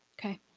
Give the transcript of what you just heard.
Okay